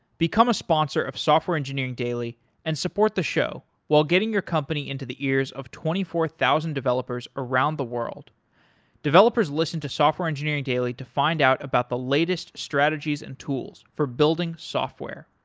become a sponsor of software engineering daily and support the show while getting your company into the ears of twenty four thousand developers around the world developers listen to software engineering daily to find out about the latest strategies and tools for building software.